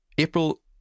April